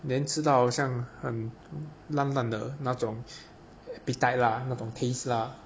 then 吃到好像很烂烂的那种 appetite la 那种 taste lah